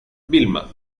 vilma